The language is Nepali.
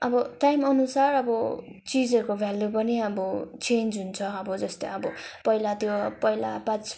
अब टाइमअनुसार अब चिजहरूको भेल्यू पनि अब चेन्ज हुन्छ अब जस्तै अब पहिला त्यो पहिला पाँच